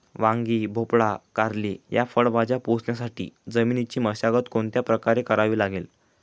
वांगी, भोपळा, कारली या फळभाज्या पोसण्यासाठी जमिनीची मशागत कोणत्या प्रकारे करावी लागेल?